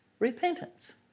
Repentance